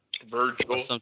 Virgil